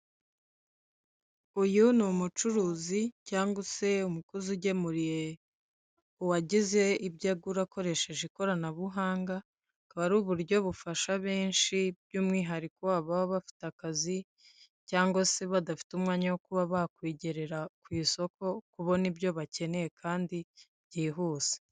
Uyu ni umucuruzi cyangwa se umukozi ugemuriye uwagize ibyo agura akoresheje ikoranabuhangaba, akaba ari uburyo bufasha benshi by'umwihariko ababa bafite akazi cyangwa se badafite umwanya wo kuba bakwigere ku isoko kubona ibyo bakeneye kandi byihuse.